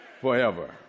forever